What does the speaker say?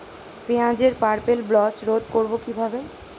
পেঁয়াজের purple blotch রোধ করবো কিভাবে?